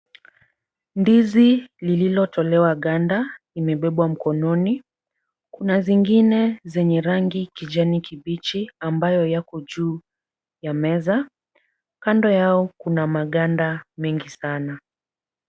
Ndizi lililotolewa ganda limebebwa mkononi. Kuna zingine zenye rangi kijani kibichi ambayo yako juu ya meza. Kando yao kuna maganda mengi sana.